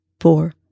four